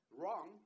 wrong